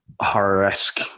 horror-esque